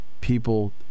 people